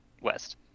west